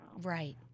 Right